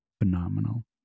Phenomenal